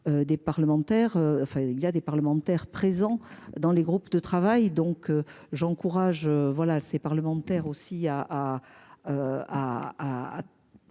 des parlementaires. Enfin il y a des parlementaires présents dans les groupes de travail donc j'encourage voilà ces parlementaires aussi.